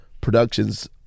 productions